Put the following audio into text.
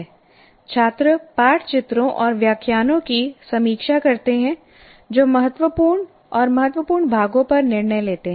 छात्र पाठ चित्रों और व्याख्यानों की समीक्षा करते हैं जो महत्वपूर्ण और महत्वपूर्ण भागों पर निर्णय लेते हैं